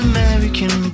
American